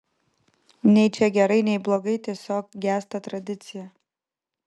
nei čia gerai nei blogai tiesiog gęsta tradicija